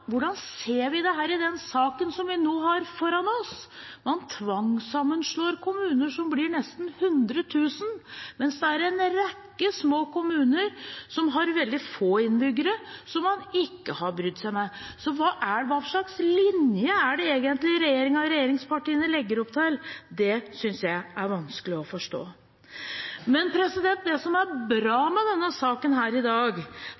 hvordan ser vi dette i den saken som vi nå har foran oss? Man tvangssammenslår kommuner som får nesten 100 000 innbyggere, mens det er en rekke små kommuner med veldig få innbyggere som man ikke har brydd seg med. Så hva slags linje er det egentlig regjeringen og regjeringspartiene legger opp til? Det synes jeg er vanskelig å forstå. Men det som er bra med denne saken i dag,